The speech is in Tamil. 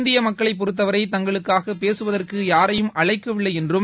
இந்திய மக்களை பொறுத்தவரை தங்களுக்காக பேசுவதற்கு யாரையும் அழைக்கவில்லை என்றும்